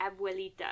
abuelita